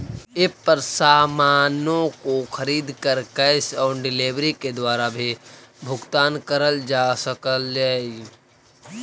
app पर सामानों को खरीद कर कैश ऑन डिलीवरी के द्वारा भी भुगतान करल जा सकलई